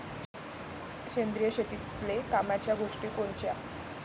सेंद्रिय शेतीतले कामाच्या गोष्टी कोनच्या?